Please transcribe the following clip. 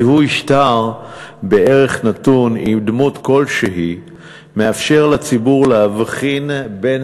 זיהוי שטר בערך נתון עם דמות כלשהי מאפשר לציבור להבחין בין